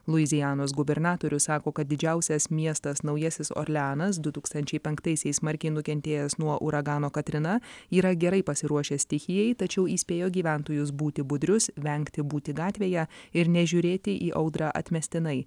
luizianos gubernatorius sako kad didžiausias miestas naujasis orleanas du tūkstančiai penktaisiais smarkiai nukentėjęs nuo uragano katrina yra gerai pasiruošęs stichijai tačiau įspėjo gyventojus būti budrius vengti būti gatvėje ir nežiūrėti į audrą atmestinai